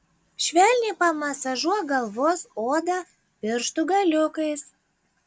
švelniai pamasažuok galvos odą pirštų galiukais